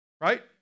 Right